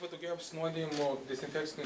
padaugėjo apsinuodijimų dezinfekciniu